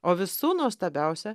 o visų nuostabiausia